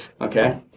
Okay